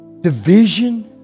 division